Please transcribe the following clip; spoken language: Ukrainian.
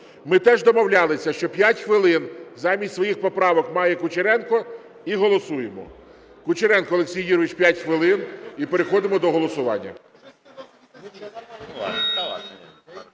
Ми теж домовлялися, що 5 хвилин замість своїх поправок має Кучеренко, і голосуємо. Кучеренко Олексій Юрійович – 5 хвилин. І переходимо до голосування.